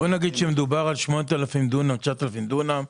בוא נגיד שמדובר על 8,000,9,000 דונם.